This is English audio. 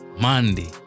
Monday